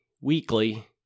weekly